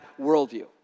worldview